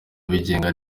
abigenga